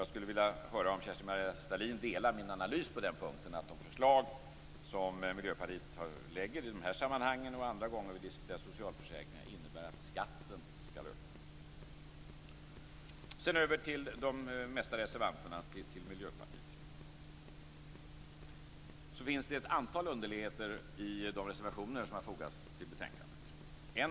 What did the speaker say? Jag skulle vilja höra om Kerstin-Maria Stalin delar min analys att de förslag som Miljöpartiet lägger fram i de här sammanhangen och vid andra tillfällen när vi diskuterar socialförsäkringar innebär att skatten skall öka. Så över till reservationerna. Det finns ett antal underligheter i de reservationer som har fogats vid betänkandet.